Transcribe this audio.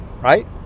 right